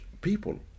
people